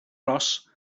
ros